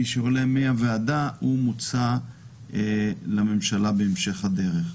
מי שעולה מהוועדה הוא מוצע לממשלה בהמשך הדרך.